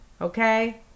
Okay